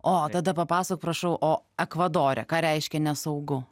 o tada papasakok prašau o ekvadore ką reiškia nesaugu